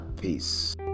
Peace